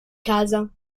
casa